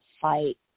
fight